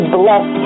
bless